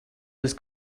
his